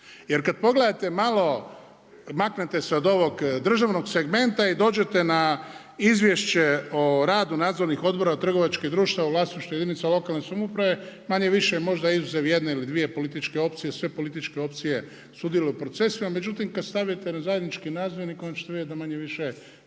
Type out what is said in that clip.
Jer kad pogledate malo, maknete se malo od ovog državnog segmenta i dođete na Izvješće o radu nadzornih odbora trgovačkih društava u vlasništvu jedinica lokalne samouprave manje-više možda izuzev jedne ili dvije političke opcije sve političke opcije sudjeluju u procesima. Međutim, kad stavite na stavite na zajednički nazivnik onda ćete vidjeti da manje-više svi